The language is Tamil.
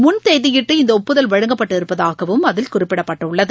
முன்தேதியிட்டு இந்தஒப்புதல் வழங்கப்பட்டிருப்பதாகவும் அதில் குறிப்பிடப்பட்டுள்ளது